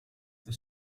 the